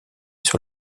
sur